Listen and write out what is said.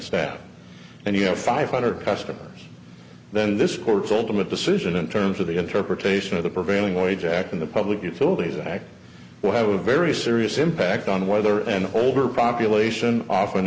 staff and you have five hundred customers then this court's ultimate decision in terms of the interpretation of the prevailing wage act in the public utilities act what i would very serious impact on whether an older population often